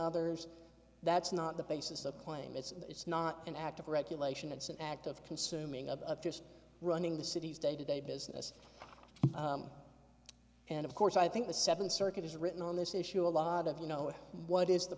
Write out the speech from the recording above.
others that's not the basis of claim it's not an act of regulation it's an act of consuming of just running the city's day to day business and of course i think the seventh circuit is written on this issue a lot of you know what is the